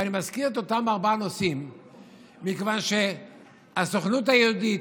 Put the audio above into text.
ואני מזכיר את אותם ארבעה נושאים מכיוון שהסוכנות היהודית,